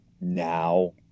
Now